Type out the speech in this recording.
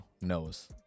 knows